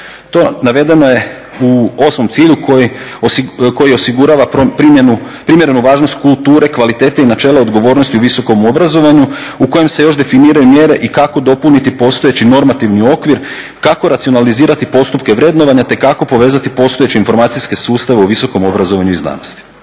To navedeno je u osmom cilju koji osigurava primjerenu važnost kulture kvalitete i načelo odgovornosti u visokom obrazovanju u kojem se još definiraju mjere i kako dopuniti postojeći normativni okvir, kako racionalizirati postupke vrednovanja te kako povezati postojeće informacijske sustave u visokom obrazovanju i znanosti.